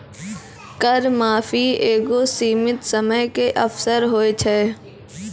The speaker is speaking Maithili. कर माफी एगो सीमित समय के अवसर होय छै